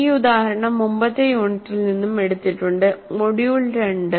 ഈ ഉദാഹരണം മുമ്പത്തെ യൂണിറ്റിൽ നിന്നും എടുത്തിട്ടുണ്ട് മൊഡ്യൂൾ 2